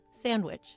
sandwich